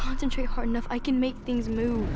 concentrate hard enough i can make things move